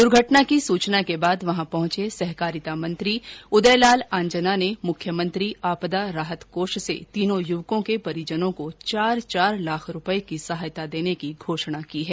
दुर्घटना की सूचना के बाद वहां पहुंचे सहकारिता मंत्री उदयलाल आजना ने मुख्यमंत्री आपदा राहत कोष से तीनों युवकों के परिजनों को चार चार लाख रूपए की सहायता देने की घोषणा की है